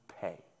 pay